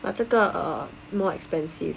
but 这个 uh more expensive